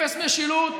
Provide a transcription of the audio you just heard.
אפס משילות.